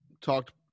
talked